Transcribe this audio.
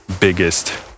biggest